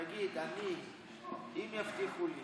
תגיד: אני, אם יבטיחו לי